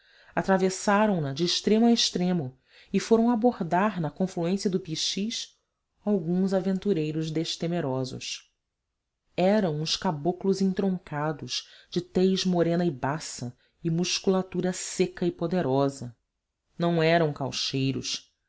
pachitéa atravessaram na de extremo a extremo e foram abordar na confluência do pichis alguns aventureiros destemerosos eram uns caboclos entroncados de tez morena e baça e musculatura seca e poderosa não eram caucheiros